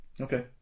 Okay